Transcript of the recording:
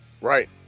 Right